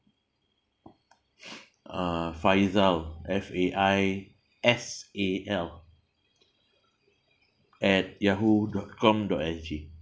uh faisal F A I S A L at yahoo dot com dot S_G